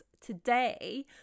Today